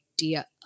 idea